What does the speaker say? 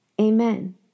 Amen